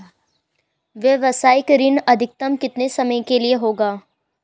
व्यावसायिक ऋण अधिकतम कितने समय के लिए होगा?